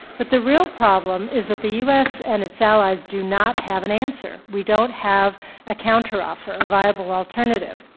but the real problem is that the u. s. and its allies do not have an answer. we don't have a counteroffer, a rival alternative.